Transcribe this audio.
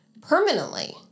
permanently